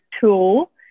Tool